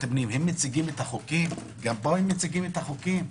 הפנים מציגים את החוקים גם פה הם מציגים את החוקים?